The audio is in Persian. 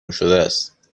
شدهست